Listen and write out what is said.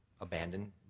abandoned